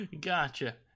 Gotcha